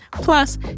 Plus